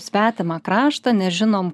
svetimą kraštą nežinom